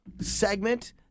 segment